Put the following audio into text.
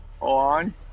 On